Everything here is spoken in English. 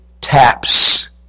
taps